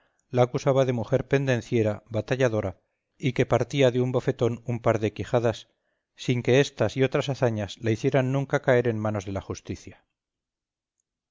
la acusaba de mujer pendenciera batalladora y que partía de un bofetón un par de quijadas sin que estas y otras hazañas la hicieran nunca caer en manos de la justicia